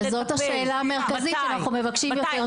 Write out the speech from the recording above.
אז זאת השאלה המרכזית שאנחנו מבקשים יותר שעות.